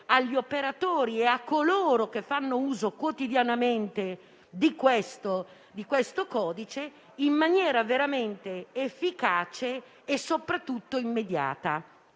agli operatori e a coloro che fanno uso quotidianamente di questo codice uno strumento veramente efficace e soprattutto immediato.